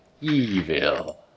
evil